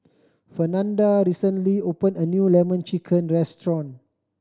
Fernanda recently open a new Lemon Chicken restaurant